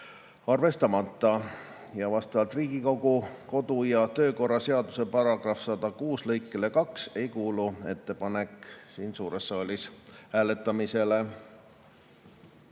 arvestamata. Vastavalt Riigikogu kodu- ja töökorra seaduse § 106 lõikele 2 ei kuulu ettepanek siin suures saalis hääletamisele.14.